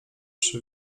przy